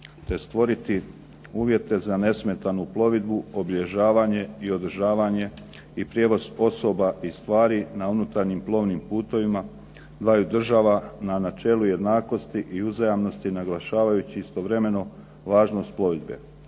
te stvoriti uvjete za nesmetanu plovidbu, obilježavanje i održavanje i prijevoz osoba i stvari na unutarnjim plovnim putovima dvaju država na načelu jednakosti i uzajamnosti naglašavajući istovremeno važnost plovidbe